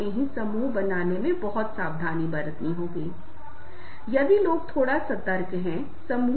वह समय देगा अगर तुरंत समाधान नहीं आ सकता है लेकिन कम से कम एक व्यक्ति खुश महसूस कर रहा है वह संतुष्ट है कि वह उससे मिलने गया और उसने उसकी समस्या सुनी